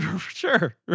Sure